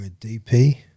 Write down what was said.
DP